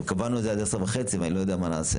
קבענו את זה עד 10:30 ואני לא יודע מה נעשה.